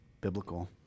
biblical